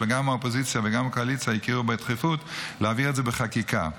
גם האופוזיציה וגם הקואליציה הכירו בדחיפות להעביר את זה בחקיקה.